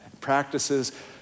practices